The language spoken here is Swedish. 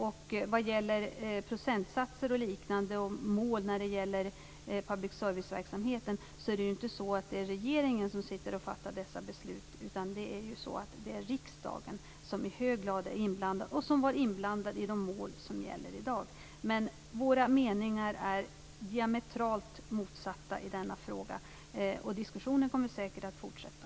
Det är inte regeringen som fattar beslut om procentsatser och mål för public service-verksamheten, utan det är riksdagen. Genom detta är riksdagen i hög grad inblandad i de mål som gäller i dag. Våra meningar är diametralt motsatta i denna fråga. Diskussionen kommer därför säkert att fortsätta.